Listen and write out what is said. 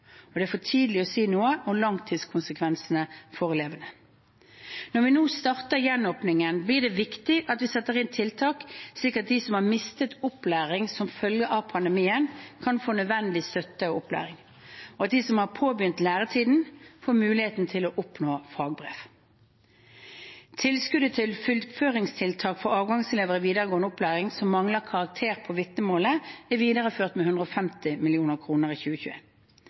og det er for tidlig å si noe om de langsiktige konsekvensene for elevene. Når vi nå starter gjenåpningen, blir det viktig at vi setter inn tiltak, slik at de som har mistet opplæring som følge av pandemien, kan få nødvendig støtte og opplæring, og at de som har påbegynt læretiden, får muligheten til å oppnå fagbrev. Tilskuddet til fullføringstiltak for avgangselever i videregående opplæring som mangler karakterer på vitnemålet, er videreført med 150 mill. kr i